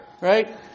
Right